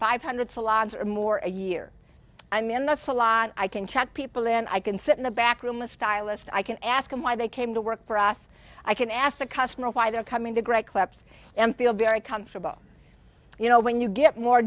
five hundred salons or more a year i'm in the salon i can check people in i can sit in the back room a stylist i can ask them why they came to work for us i can ask the customer why they're coming to great clubs and feel very comfortable you know when you get more